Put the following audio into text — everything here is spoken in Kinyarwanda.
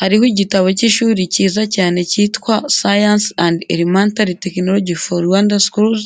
Hariho igitabo cy'ishuri cyiza cyane cyitwa "Science and Elementary Technology for Rwanda Schools",